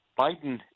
Biden